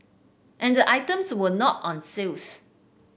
and the items were not on sales